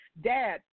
Dad